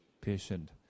patient